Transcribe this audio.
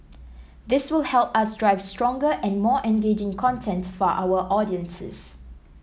this will help us drive stronger and more engaging content for our audiences